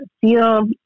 feel